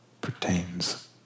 pertains